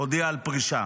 הודיעה על פרישה.